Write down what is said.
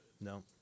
No